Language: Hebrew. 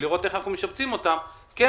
ולראות איך אנחנו משבצים אותם בפריפריה.